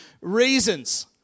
reasons